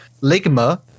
Ligma